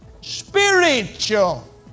spiritual